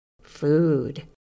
Food